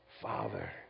Father